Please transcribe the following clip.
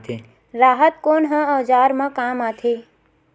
राहत कोन ह औजार मा काम आथे?